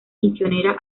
misionera